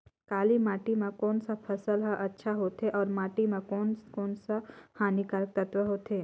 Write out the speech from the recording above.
काली माटी मां कोन सा फसल ह अच्छा होथे अउर माटी म कोन कोन स हानिकारक तत्व होथे?